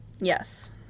Yes